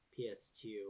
PS2